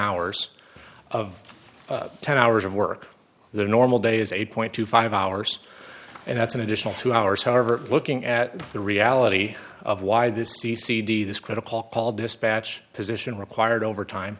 hours of ten hours of work their normal day is eight twenty five hours and that's an additional two hours however looking at the reality of why this c c d this critical call dispatch position required over time